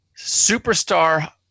Superstar